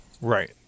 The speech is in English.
Right